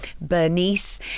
Bernice